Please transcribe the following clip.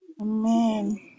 Amen